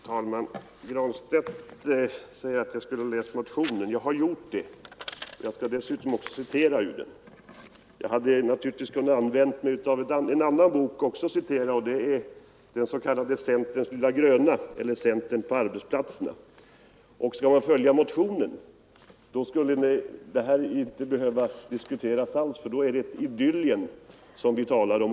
Herr talman! Herr Granstedt sade att jag inte hade läst motionen, men det har jag gjort. Och nu skall jag dessutom citera ur den. Naturligtvis hade jag också kunnat citera ur en bok, nämligen ur den s.k. Centerns lilla gröna, eller Centern på arbetsplatserna. Och jag vill tillägga att om man skall tro på motionen, så skulle vi här inte behöva diskutera alls, ty då talar vi om ett Idyllien, inte om ett problemområde.